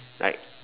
like